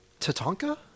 Tatanka